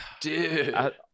dude